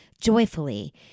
joyfully